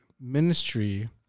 ministry